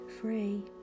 free